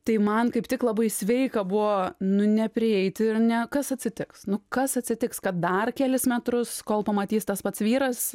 tai man kaip tik labai sveika buvo nu neprieiti ir ne kas atsitiks nu kas atsitiks kad dar kelis metrus kol pamatys tas pats vyras